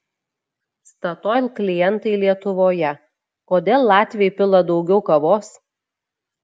statoil klientai lietuvoje kodėl latviai pila daugiau kavos